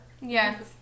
Yes